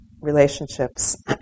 relationships